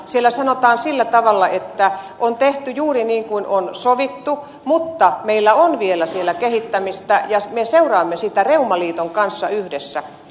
siellä sanotaan sillä tavalla että on tehty juuri niin kuin on sovittu mutta meillä on vielä siellä kehittämistä ja me seuraamme sitä reumaliiton kanssa yhdessä